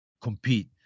compete